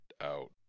out